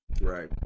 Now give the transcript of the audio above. Right